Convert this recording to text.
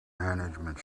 management